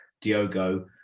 Diogo